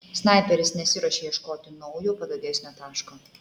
snaiperis nesiruošė ieškoti naujo patogesnio taško